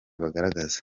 bagaragaza